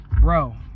Bro